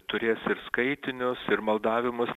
turės ir skaitinius ir maldavimus